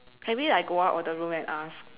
can we like go out of the room and ask